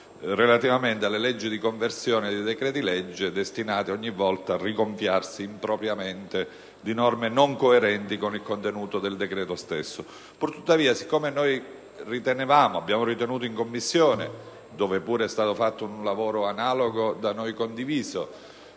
relativamente alle leggi di conversione di decreti-legge destinati ogni volta a rigonfiarsi impropriamente di norme non coerenti con il contenuto del decreto-legge stesso. Pur tuttavia, poiché abbiamo ritenuto in Commissione, dove pure è stato svolto un lavoro analogo da noi condiviso,